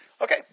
Okay